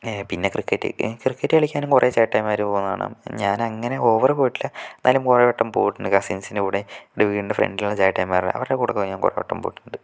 പിന്നെ cricket cricket കളിക്കാനും കുറേ ചേട്ടായിമാര് പോകുന്ന കാണാം ഞാൻ അങ്ങനെ ഓവർ പോയിട്ടില്ല എന്നാലും കുറെ വട്ടം പോയിട്ടുണ്ട് കസിൻസിന്റെ കൂടെ എൻറെ വീടിൻ്റെ ഫ്രണ്ടിലുള്ള ചേട്ടായിമാരെ അവരുടെ കൂടെയൊക്കെ ഞാൻ കുറെ വട്ടം പോയിട്ടുണ്ട്